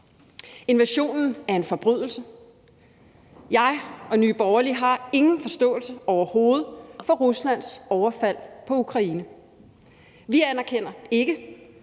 invasionen er en forbrydelse. Jeg og Nye Borgerlige har ingen forståelse overhovedet for Ruslands overfald på Ukraine. Vi anerkender ikke,